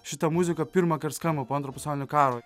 šita muzika pirmąkart skamba po antro pasaulinio karo